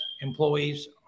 employees